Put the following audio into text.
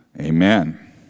Amen